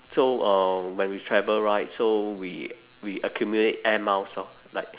so uh when we travel right so we we accumulate air miles lor like